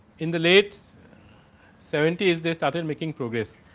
in the latest seventy is the started making progress.